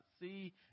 see